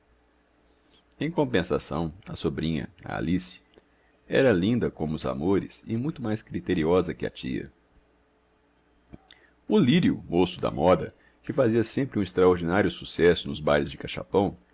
em compensação a sobrinha a alice era linda como os amores e muito mais criteriosa que a tia o lírio moço da moda que fazia sempre um extraordinário sucesso nos bailes de cachapão